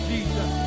Jesus